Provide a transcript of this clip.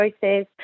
choices